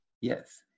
Yes